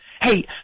Hey